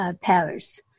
powers